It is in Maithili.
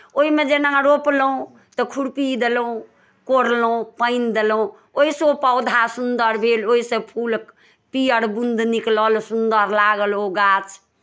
ओहिमे जेना रोपलहुँ तऽ खुरपी देलहुँ कोड़लहुँ पानि देलहुँ ओहिसँ ओ पौधा सुन्दर भेल ओहिसँ फूल पीयर बुन्द निकलल सुन्दर लागल ओ गाछ